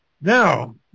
now